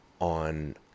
on